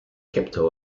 capital